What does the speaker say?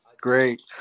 Great